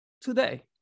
today